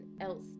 else